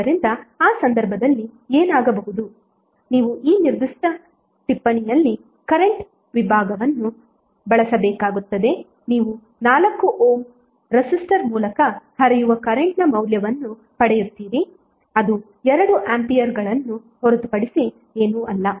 ಆದ್ದರಿಂದ ಆ ಸಂದರ್ಭದಲ್ಲಿ ಏನಾಗಬಹುದು ನೀವು ಈ ನಿರ್ದಿಷ್ಟ ಟಿಪ್ಪಣಿಯಲ್ಲಿ ಕರೆಂಟ್ ವಿಭಾಗವನ್ನು ಬಳಸಬೇಕಾಗುತ್ತದೆ ನೀವು 4 ಓಮ್ ರೆಸಿಸ್ಟರ್ ಮೂಲಕ ಹರಿಯುವ ಕರೆಂಟ್ ನ ಮೌಲ್ಯವನ್ನು ಪಡೆಯುತ್ತೀರಿ ಅದು 2 ಆಂಪಿಯರ್ಗಳನ್ನು ಹೊರತುಪಡಿಸಿ ಏನೂ ಅಲ್ಲ